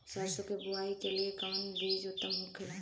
सरसो के बुआई के लिए कवन बिज उत्तम होखेला?